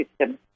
system